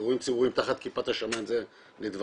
אירועים ציבוריים תחת כיפת השמיים לדברייך